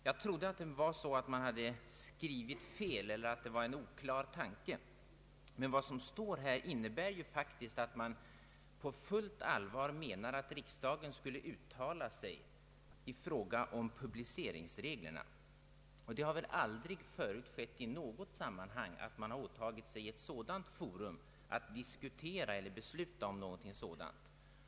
Jag trodde att man skrivit fel eller att det var en oklar tanke, men vad som står här innebär faktiskt att man på fullt allvar menar att riksdagen skulle uttala sig i fråga om publiceringsreglerna. Det har väl aldrig förut skeit.